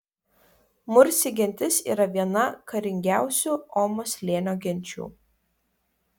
mursi gentis yra viena karingiausių omo slėnio genčių